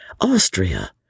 Austria